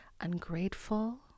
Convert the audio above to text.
ungrateful